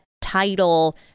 title